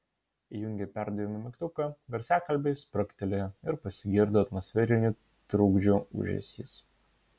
įjungė perdavimo mygtuką garsiakalbiai spragtelėjo ir pasigirdo atmosferinių trukdžių ūžesys